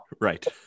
Right